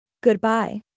Goodbye